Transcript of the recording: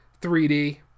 3D